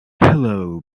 hello